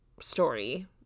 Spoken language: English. story